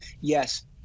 Yes